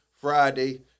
Friday